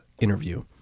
interview